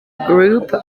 group